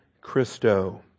Christo